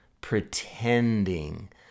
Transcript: pretending